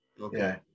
Okay